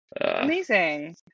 amazing